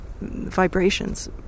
vibrations